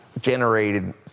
generated